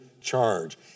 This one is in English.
charge